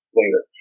later